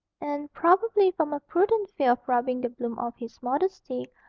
and, probably from a prudent fear of rubbing the bloom off his modesty,